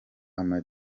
ama